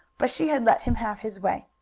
but she had let him have his way.